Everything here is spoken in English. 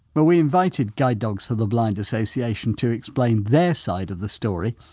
well we invited guide dogs for the blind association to explain their side of the story.